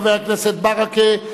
חבר הכנסת ברכה,